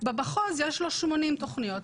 במחוז יש לו 80 תוכניות.